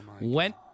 went